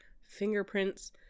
fingerprints